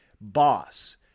boss